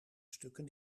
stukken